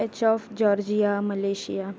H off Georgia Malaysia